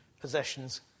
possessions